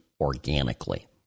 organically